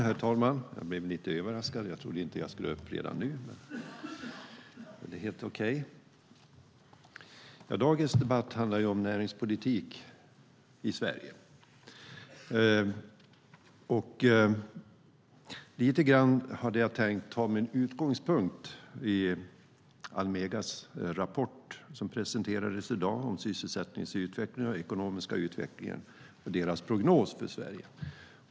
Herr talman! Dagens debatt handlar om näringspolitik i Sverige. Lite grann hade jag tänkt ta min utgångspunkt i Almegas rapport, som presenterades i dag, om sysselsättningens utveckling och den ekonomiska utvecklingen samt deras prognos för Sverige.